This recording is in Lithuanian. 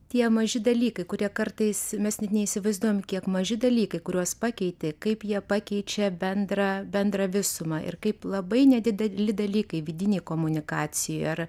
tie maži dalykai kurie kartais mes net neįsivaizduojam kiek maži dalykai kuriuos pakeiti kaip jie pakeičia bendrą bendrą visumą ir kaip labai nedideli dalykai vidinė komunikacija ar